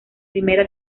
primera